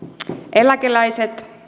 eläkeläiset